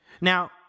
Now